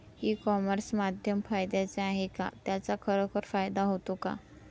E commerce माध्यम फायद्याचे आहे का? त्याचा खरोखर फायदा होतो का?